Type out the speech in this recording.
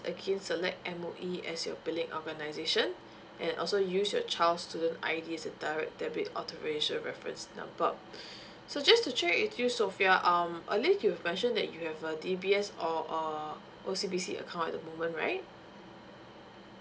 again select M_O_E as your billing organization and also use your child's student I_D as a direct debit authorisation reference number so just to check with you sofea um earlier you've mentioned that you have a D_B_S or a O_C_B_C account at the moment right